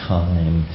time